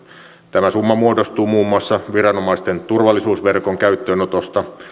tämä summa muodostuu muun muassa viranomaisten turvallisuusverkon käyttöönotosta